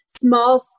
small